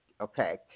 okay